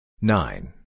Nine